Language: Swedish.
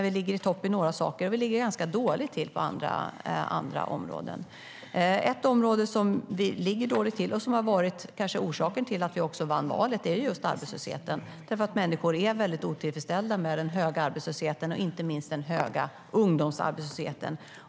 Vi ligger i topp beträffande några saker och ligger ganska dåligt till på andra områden. Ett område där vi ligger dåligt till, vilket kanske också var orsaken till att vi vann valet, är arbetslösheten, eftersom människor är väldigt otillfredsställda med den höga arbetslösheten och inte minst den höga ungdomsarbetslösheten.